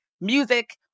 music